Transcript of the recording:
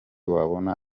wabona